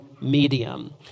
medium